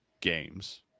games